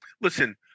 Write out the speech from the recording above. Listen